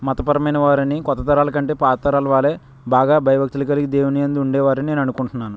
మతపరమైనవారని కొత్తతరాల కంటే పాతతరాల వారే బాగా భయభక్తులు కలిగి దేవుని యందు ఉండేవారని నేననుకుంటున్నాను